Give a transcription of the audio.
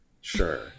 sure